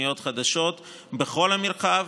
תוכניות חדשות בכל המרחב,